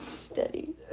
Steady